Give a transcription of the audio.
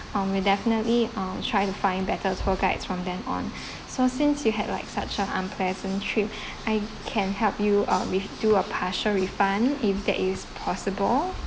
um we definitely um try to find better tour guides from then on so since you had like such a unpleasant trip I can help you uh with do a partial refund if that is possible